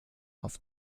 auf